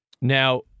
Now